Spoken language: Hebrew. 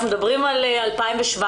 אנחנו מדברים על 2017,